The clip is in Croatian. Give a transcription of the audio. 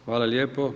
Hvala lijepo.